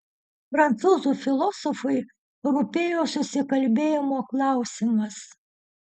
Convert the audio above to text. prancūzų filosofui rūpėjo susikalbėjimo klausimas